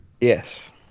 Yes